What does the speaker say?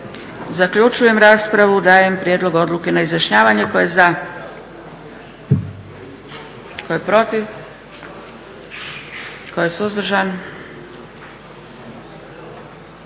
Zaključujem raspravu. Dajem prijedlog odluke na izjašnjavanje. Tko je za? Tko je protiv? Tko je suzdržan?